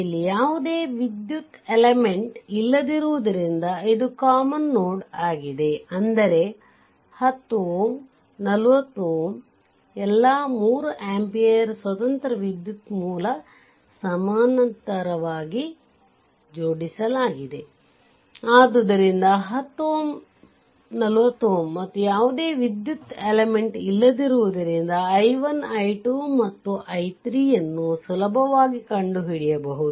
ಇಲ್ಲಿ ಯಾವುದೇ ವಿದ್ಯುತ್ ಎಲೆಮೆಂಟ್ ಇಲ್ಲದಿರುವುದರಿಂದ ಇದು ಕಾಮನ್ ನೋಡ್ ಆಗಿದೆ ಅಂದರೆ 10 Ω 40 Ω ಎಲ್ಲ 3 ಅಂಪಿಯರ್ ಸ್ವತಂತ್ರ ವಿದ್ಯುತ್ ಮೂಲ ಸಮಾನಾಂತರವಾಗಿ parallelಜೋಡಿಸಲಾಗಿದೆ ಆದ್ದರಿಂದ 10 Ω 40 Ω ಮತ್ತು ಯಾವುದೇ ವಿದ್ಯುತ್ ಎಲೆಮೆಂಟ್ ಇಲ್ಲದಿರುವುದರಿಂದ i1 i2 ಮತ್ತು i3 ಯನ್ನು ಸುಲಭವಾಗಿ ಕಂಡುಹಿಡಿಯಬಹುದು